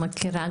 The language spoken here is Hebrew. מכירה.